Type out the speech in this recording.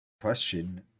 Question